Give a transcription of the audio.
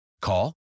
Call